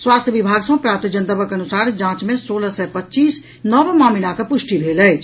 स्वास्थ्य विभाग सँ प्राप्त जनतबक अनुसार जांच मे सोलह सय पच्चीस नव मामिलाक पुष्टि भेल अछि